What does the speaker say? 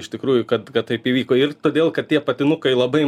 iš tikrųjų kad taip įvyko ir todėl kad tie patinukai labai